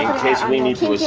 case we need to